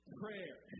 prayer